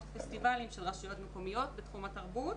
ופסטיבלים של רשויות מקומיות בתחום התרבות,